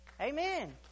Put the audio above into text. Amen